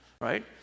right